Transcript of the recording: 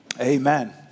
Amen